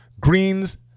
Greens